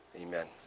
Amen